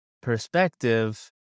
perspective